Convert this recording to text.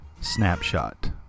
Snapshot